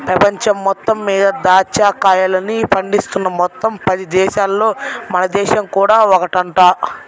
పెపంచం మొత్తం మీద దాచ్చా కాయల్ని పండిస్తున్న మొత్తం పది దేశాలల్లో మన దేశం కూడా ఒకటంట